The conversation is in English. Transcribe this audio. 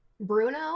Bruno